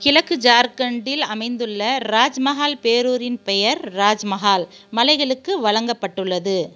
கிழக்கு ஜார்கண்டில் அமைந்துள்ள ராஜ்மஹால் பேரூரின் பெயர் ராஜ்மஹால் மலைகளுக்கு வழங்கப்பட்டுள்ளது